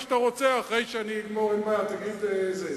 תגיד מה שאתה רוצה אחרי שאני אגמור, אין בעיה.